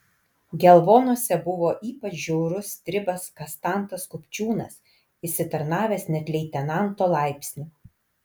gelvonuose buvo ypač žiaurus stribas kastantas kupčiūnas išsitarnavęs net leitenanto laipsnį